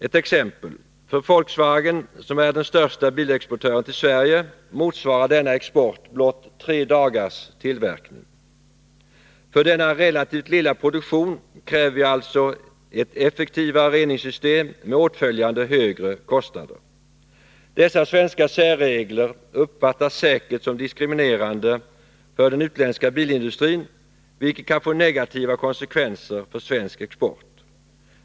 Ett exempel: För Volkswagen, som är den största bilexportören till Sverige, motsvarar denna export blott tre dagars tillverkning. För denna relativt lilla produktion kräver vi alltså ett effektivare reningssystem med åtföljande högre kostnader. Dessa svenska särregler uppfattas säkert som diskriminerande för den utländska bilindustrin, vilket kan få negativa konsekvenser för svensk export.